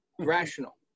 rational